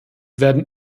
werden